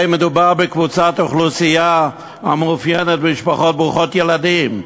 הרי מדובר בקבוצת אוכלוסייה המתאפיינת במשפחות ברוכות ילדים.